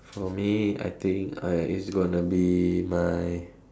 for me I think I it's gonna be my